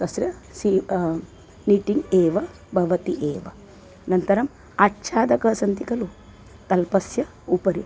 तस्य सी नीटिङ्ग् एव भवति एव नन्तरम् आच्छादकाः सन्ति खलु तल्पस्य उपरि